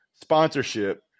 sponsorship